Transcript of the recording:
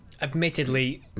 Admittedly